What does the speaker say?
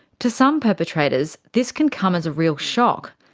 to some perpetrators, this can come as a real shock.